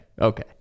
okay